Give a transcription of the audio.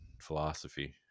philosophy